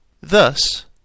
Thus